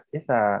isa